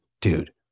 dude